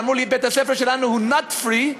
אמרו לי: בית-הספר שלנו הוא nut free,